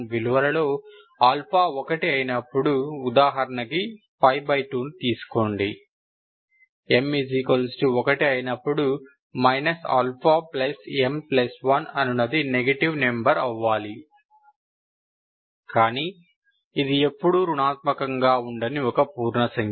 విలువలలో ఆల్ఫా ఒకటి అయినప్పుడు ఉదాహరణకి 52ని తీసుకోండి m 1 అయినప్పుడు αm1అనునది నెగిటివ్ నంబరు అవ్వాలి కానీ ఇది ఎప్పుడూ రుణాత్మకంగా ఉండని ఒక పూర్ణ సంఖ్య